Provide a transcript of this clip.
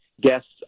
guests